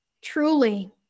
Truly